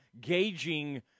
gauging –